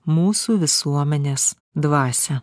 mūsų visuomenės dvasią